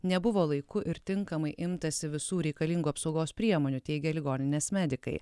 nebuvo laiku ir tinkamai imtasi visų reikalingų apsaugos priemonių teigia ligoninės medikai